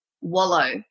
wallow